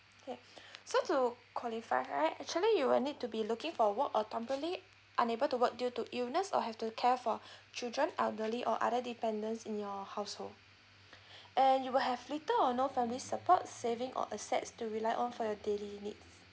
okay so to qualify right actually you will need to be looking for work or temporary unable to work due to illness or have to care for children elderly or other dependence in your household and you will have little or no family support saving or assets to rely on for your daily needs